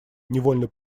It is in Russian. невольно